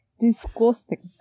Disgusting